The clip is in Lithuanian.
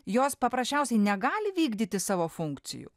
jos paprasčiausiai negali vykdyti savo funkcijų